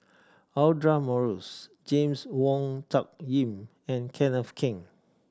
Audra Morrice James Wong Tuck Yim and Kenneth Keng